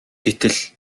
гэтэл